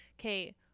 Okay